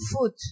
foot